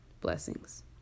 blessings